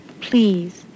Please